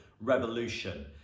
Revolution